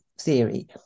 theory